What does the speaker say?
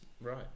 right